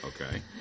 Okay